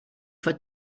for